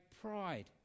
pride